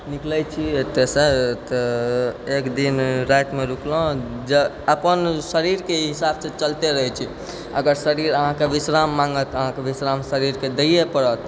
निकलै छी एतेसँ तऽ एकदिन रातिमे रुकलहुँ अपन शरीरके हिसाबसँ चलिते रहै छी अगर शरीर अहाँके विश्राम माङ्गत तऽ अहाँके विश्राम शरीरके दैये पड़त